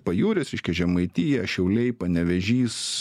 pajūris reiškia žemaitija šiauliai panevėžys